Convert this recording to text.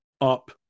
up